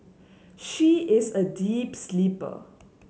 she is a deep sleeper